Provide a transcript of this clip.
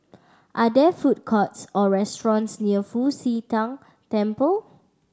are there food courts or restaurants near Fu Xi Tang Temple